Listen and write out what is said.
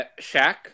Shaq